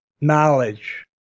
knowledge